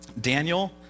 Daniel